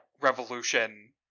revolution